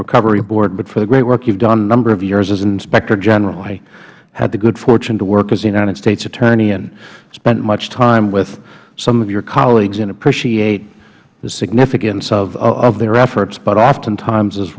recovery board but for the great work you have done for a number of years as inspector general i had the good fortune to work as a united states attorney and spent much time with some of your colleagues and appreciate the significance of their efforts but oftentimes as